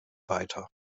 weiter